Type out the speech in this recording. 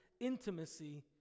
intimacy